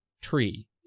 tree